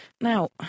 Now